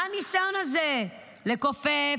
מה הניסיון הזה לכופף,